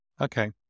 Okay